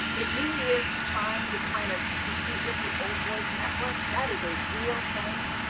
it really is trying to kind of compete with the old boys network that is a real thing,